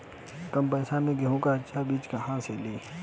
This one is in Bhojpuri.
कम पैसा में गेहूं के अच्छा बिज कहवा से ली?